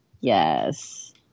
Yes